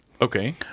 Okay